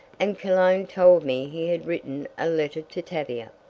and cologne told me he had written a letter to tavia.